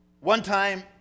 one-time